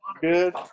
Good